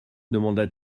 demanda